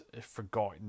forgotten